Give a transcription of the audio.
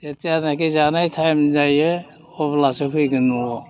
जेथियानोखि जानाय टाइम जायो अब्लासो फैगोन न'आव